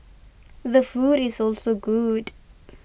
the food is also good